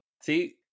See